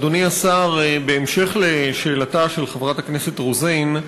אדוני השר, בהמשך לשאלתה של חברת הכנסת רוזין,